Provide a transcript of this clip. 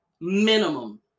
Minimum